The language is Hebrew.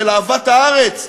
של אהבת הארץ.